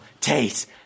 taste